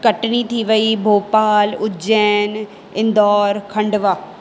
कटनी थी वई भोपाल उज्जैन इंदौर खंडवा